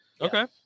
Okay